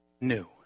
new